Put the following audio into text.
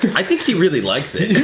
i think he really likes it